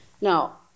Now